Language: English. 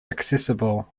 accessible